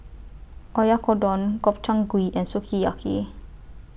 Oyakodon Gobchang Gui and Sukiyaki